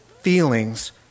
feelings